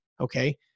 Okay